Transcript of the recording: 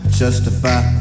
justify